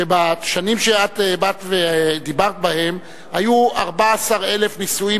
שבשנים שאת באת ודיברת בהן היו 14,000 נישואין